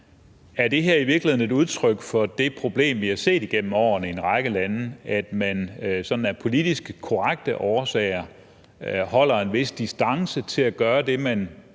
Er det her i virkeligheden et udtryk for det problem, vi har set igennem årene i en række lande, altså at man sådan af politisk korrekte årsager holder en vis distance i forhold til at gøre det, man